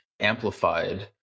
amplified